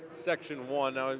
section one. now,